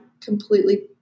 completely